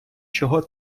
чого